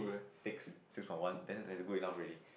six six point one then that's good enough already